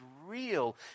real